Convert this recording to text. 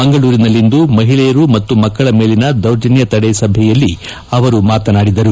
ಮಂಗಳೂರಿನಲ್ಲಿಂದು ಮಹಿಳೆಯರ ಮತ್ತು ಮಕ್ಕಳ ಮೇಲಿನ ದೌರ್ಜನ್ಯ ತಡೆ ಸಭೆಯಲ್ಲಿ ಅವರು ಮಾತನಾಡಿದರು